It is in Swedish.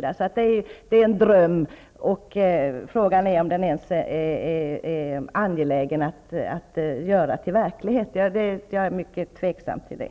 Det är en dröm, och frågan är om den ens är angelägen att göra till verklighet -- jag är mycket tveksam till det.